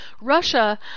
Russia